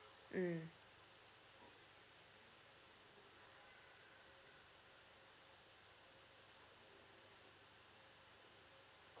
mm